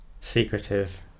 secretive